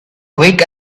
quick